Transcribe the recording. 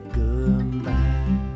goodbye